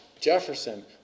Jefferson